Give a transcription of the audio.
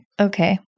Okay